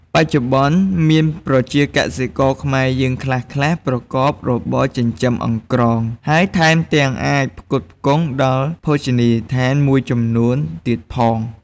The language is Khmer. បច្ចុប្បន្ន មានប្រជាកសិករខ្មែរយើងខ្លះៗប្រកបរបរចិញ្ចឹមអង្រ្កង ហើយថែមទាំងអាចផ្គត់ផ្គង់ដល់ភោជនីយដ្ឋានមួយចំនួនទៀតផង។